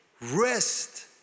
rest